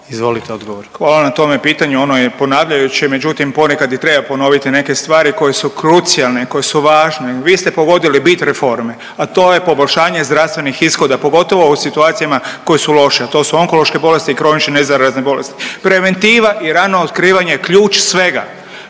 Vili (HDZ)** Hvala na tome pitanju, ono je ponavljajuće, međutim ponekad i treba ponoviti neke stvari koje su krucijalne, koje su važne. Vi ste pogodili bit reforme, a to je poboljšanje zdravstvenih ishoda pogotovo u situacijama koje su loše, a to su onkološke bolesti i kronične nezarazne bolesti. Preventiva i rano otkrivanje je ključ svega.